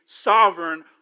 sovereign